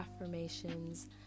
affirmations